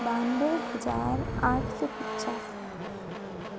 बानबे हजार आठ सौ पिच्चासी